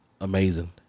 amazing